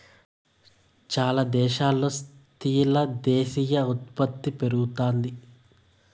చాలా దేశాల్లో స్థూల దేశీయ ఉత్పత్తి పెరుగుతాది